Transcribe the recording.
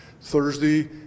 Thursday